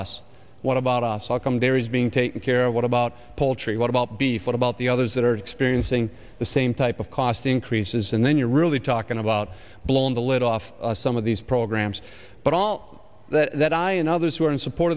us what about us how come there is being taken care of what about poultry what about beef what about the others that are experiencing the same type of cost increases and then you're really talking about blowing the lid off some of these programs but all that i and others who are in support